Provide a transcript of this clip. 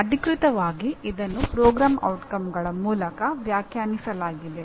ಅಧಿಕೃತವಾಗಿ ಇದನ್ನು ಕಾರ್ಯಕ್ರಮದ ಪರಿಣಾಮಗಳ ಮೂಲಕ ವ್ಯಾಖ್ಯಾನಿಸಲಾಗಿದೆ